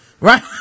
right